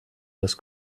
das